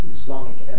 Islamic